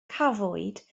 cafwyd